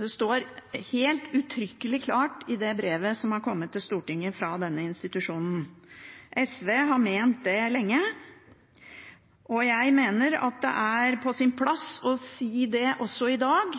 Det står helt uttrykkelig klart i det brevet som er kommet til Stortinget fra denne institusjonen. SV har ment det lenge, og jeg mener at det er på sin plass å si det også i dag.